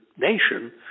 nation